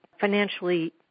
financially